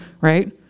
right